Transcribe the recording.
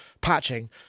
patching